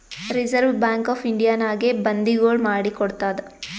reserve bank of ಇಂಡಿಯಾನಾಗೆ ಬಂದಿಗೊಳ್ ಮಾಡಿ ಕೊಡ್ತಾದ್